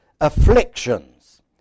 afflictions